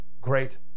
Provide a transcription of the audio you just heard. great